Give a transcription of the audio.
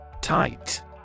Tight